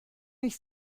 nicht